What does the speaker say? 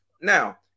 Now